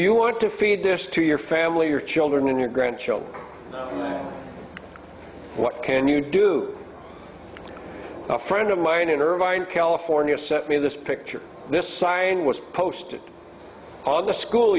you want to feed this to your family your children your grandchildren what can you do a friend of mine in irvine california sent me this picture this sign was posted on the school